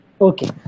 Okay